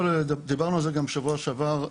דיברנו על זה גם בשבוע שעבר,